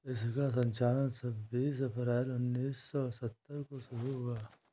इसका संचालन छब्बीस अप्रैल उन्नीस सौ सत्तर को शुरू हुआ